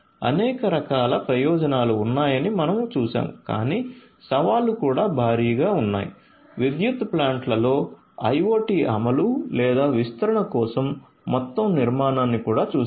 అనేక రకాలైన ప్రయోజనాలు ఉన్నాయని మనం చూశాము కాని సవాళ్లు కూడా భారీగా ఉన్నాయి విద్యుత్ ప్లాంట్లలో IoT అమలు లేదా విస్తరణ కోసం మొత్తం నిర్మాణాన్ని కూడా చూశాము